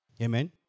Amen